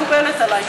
מקובלת עליי,